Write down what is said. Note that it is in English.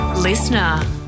Listener